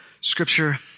scripture